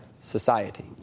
society